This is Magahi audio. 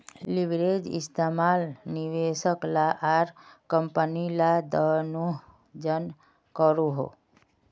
लिवरेज इस्तेमाल निवेशक ला आर कम्पनी ला दनोह जन करोहो